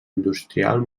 industrial